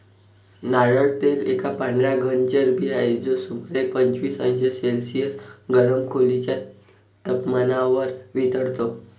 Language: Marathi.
नारळ तेल एक पांढरा घन चरबी आहे, जो सुमारे पंचवीस अंश सेल्सिअस गरम खोलीच्या तपमानावर वितळतो